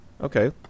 okay